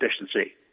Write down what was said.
efficiency